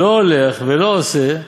לא הולך ולא עושה,